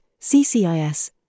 CCIS